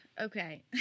okay